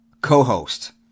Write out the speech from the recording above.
co-host